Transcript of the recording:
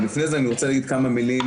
אבל לפני זה אני רוצה להגיד כמה מילים,